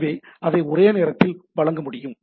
எனவே அதை ஒரே நேரத்தில் வழங்க முடியும்